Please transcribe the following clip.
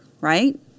right